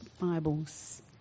Bibles